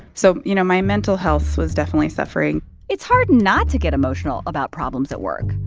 so, you know, my mental health was definitely suffering it's hard not to get emotional about problems at work,